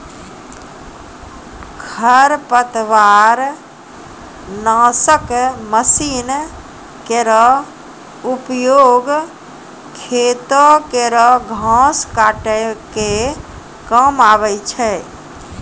खरपतवार नासक मसीन केरो उपयोग खेतो केरो घास काटै क काम आवै छै